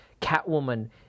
Catwoman